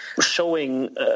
showing